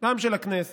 הפעם של הכנסת,